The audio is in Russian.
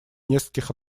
нескольких